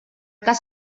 cas